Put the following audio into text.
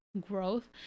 growth